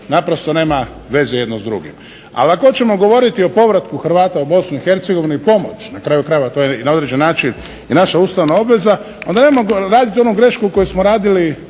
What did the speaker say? naprosto nema veze jedno s drugim. Ali ako hoćemo govoriti o povratku Hrvata u Bosnu i Hercegovinu i pomoć, na kraju krajeva to je na određen način i naša ustavna obveza, onda nemojmo raditi onu grešku koju smo radili